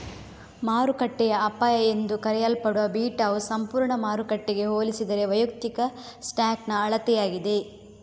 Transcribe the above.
ಮಾರುಕಟ್ಟೆಯ ಅಪಾಯ ಎಂದೂ ಕರೆಯಲ್ಪಡುವ ಬೀಟಾವು ಸಂಪೂರ್ಣ ಮಾರುಕಟ್ಟೆಗೆ ಹೋಲಿಸಿದರೆ ವೈಯಕ್ತಿಕ ಸ್ಟಾಕ್ನ ಅಳತೆಯಾಗಿದೆ